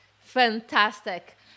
Fantastic